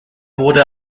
wurde